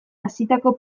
hasitako